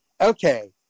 okay